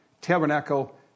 tabernacle